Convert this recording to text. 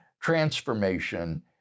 transformation